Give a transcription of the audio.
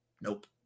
Nope